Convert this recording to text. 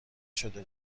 شده